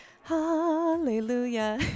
Hallelujah